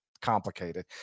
Complicated